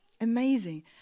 Amazing